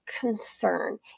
concern